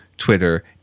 Twitter